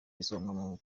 isonga